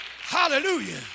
Hallelujah